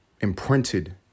imprinted